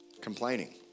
Complaining